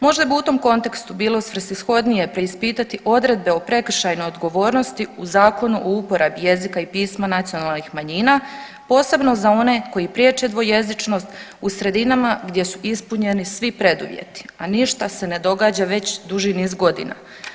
Možda bi u tom kontekstu bilo svrsishodnije preispitati odredbe o prekršajnoj odgovornosti u Zakonu o uporabi jezika i pisma nacionalnih manjina posebno za one koji priječe dvojezičnost u sredinama gdje su ispunjeni svi preduvjeti, a ništa se ne događa već duži niz godina.